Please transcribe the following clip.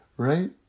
Right